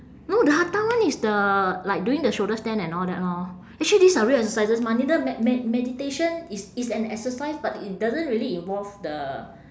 no the hatha one is the like doing the shoulder stand and all that lor actually these are real exercises mah neither me~ me~ meditation is is an exercise but it doesn't really involve the